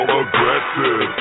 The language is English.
aggressive